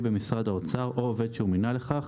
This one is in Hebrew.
במשרד האוצר או עובד שהוא מינה לכך,